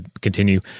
continue